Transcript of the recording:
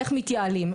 איך מתייעלים,